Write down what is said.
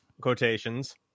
quotations